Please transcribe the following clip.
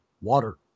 water